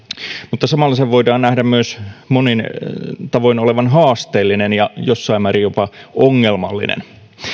mutta samalla sen voidaan nähdä myös monin tavoin olevan haasteellinen ja jossain määrin jopa ongelmallinen